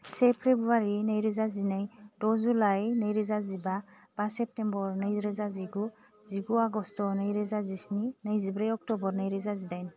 से फेब्रुवारी नैरोजा जिनै द जुलाई नैरोजा जिबा बा सेप्तेम्बर नैरोजा जिगु जिगु आगष्ट नैरोजा जिस्नि नैजिब्रै अक्टबर नैरोजा जिदाइन